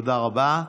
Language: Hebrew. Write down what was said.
תודה רבה.